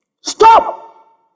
Stop